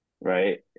right